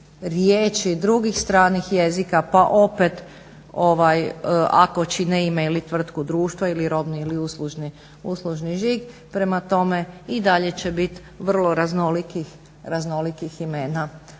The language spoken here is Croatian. riječi drugih stranih jezika, pa opet ako čine ime ili tvrtku društva ili robni ili uslužni žig. Prema tome, i dalje će biti i vrlo raznolikih imena